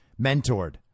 mentored